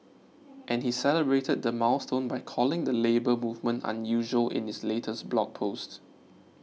and he celebrated the milestone by calling the Labour Movement unusual in his latest blog post